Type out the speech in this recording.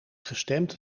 gestemd